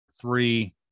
three